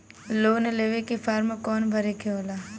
Loan लेवे के form कौन भरे के होला?